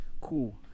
cool